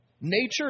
Nature